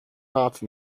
part